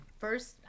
first